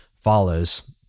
follows